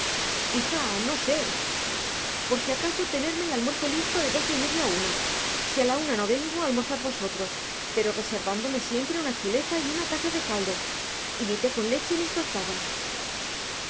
hija no sé por si acaso tenerme el almuerzo listo de doce y media a una si a la una no vengo almorzad vosotros pero reservándome siempre una chuleta y una taza de caldo y mi té con leche y mis tostadas